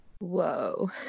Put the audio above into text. Whoa